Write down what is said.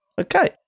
Okay